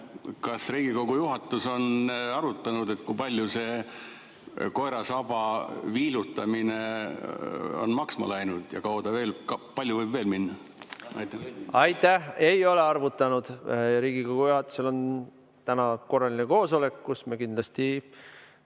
Kas Riigikogu juhatus on arutanud, kui palju see koera saba viilutamine on maksma läinud ja kui palju võib veel minna? Aitäh! Ei ole arvutanud. Riigikogu juhatusel on täna korraline koosolek, kus me kindlasti